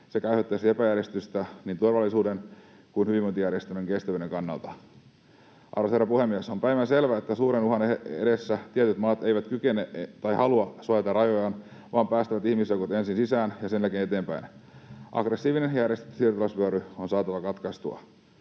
sekä aiheuttaisi epäjärjestystä niin turvallisuuden kuin hyvinvointijärjestelmän kestävyyden kannalta. Arvoisa herra puhemies! On päivänselvää, että suuren uhan edessä tietyt maat eivät kykene suojaamaan tai halua suojata rajojaan, vaan päästävät ihmisjoukot ensin sisään ja sen jälkeen eteenpäin. Aggressiivinen siirtolaisvyöry on saatava katkaistua.